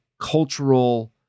cultural